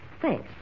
Thanks